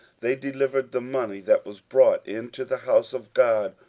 they delivered the money that was brought into the house of god,